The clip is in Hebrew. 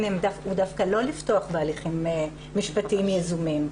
היא דווקא לא לפתוח בהליכים משפטיים יזומים.